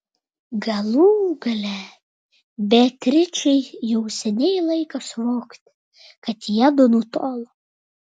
galų gale beatričei jau seniai laikas suvokti kad jiedu nutolo